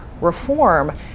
reform